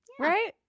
right